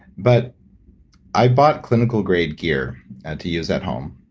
but i bought clinical grade gear at to use at home